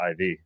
IV